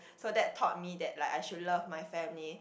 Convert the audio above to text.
so that taught me that like I should love my family